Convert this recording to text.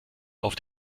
auf